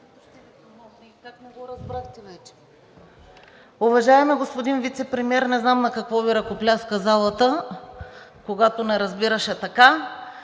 Уважаеми господин Вицепремиер, не знам на какво Ви ръкопляска залата, когато не разбираше!